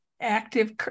active